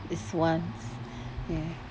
this once ya